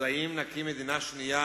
אז, האם נקים מדינה שנייה